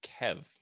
Kev